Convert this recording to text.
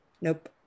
Nope